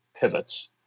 pivots